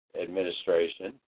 administration